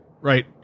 right